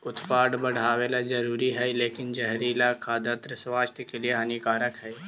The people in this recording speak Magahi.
उत्पादन बढ़ावेला जरूरी हइ लेकिन जहरीला खाद्यान्न स्वास्थ्य के लिए हानिकारक हइ